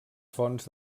fonts